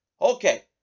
Okay